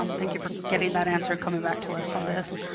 um thank you for getting that answer coming back to us on this.